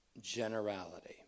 Generality